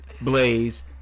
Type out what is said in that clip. blaze